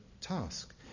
task